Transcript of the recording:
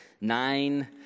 Nine